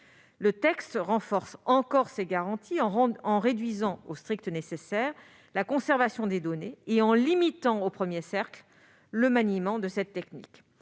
Le texte renforce encore ces garanties en réduisant au strict nécessaire la durée de conservation des données et en limitant au premier cercle le maniement de cette technique,